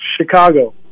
Chicago